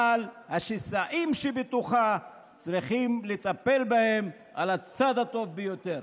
אבל השסעים שבתוכה צריכים לטפל בהם על הצד הטוב ביותר.